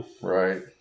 Right